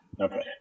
okay